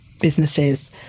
businesses